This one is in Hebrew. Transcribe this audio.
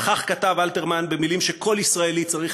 וכך כתב אלתרמן במילים שכל ישראלי צריך